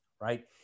right